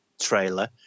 trailer